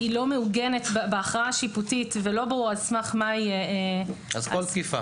מעוגנת בהכרעה שיפוטית ולא ברור על סמך מה היא --- אז כל תקיפה.